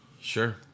Sure